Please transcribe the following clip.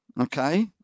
okay